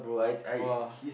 !wah!